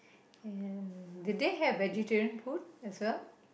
and do they have vegetarian food as well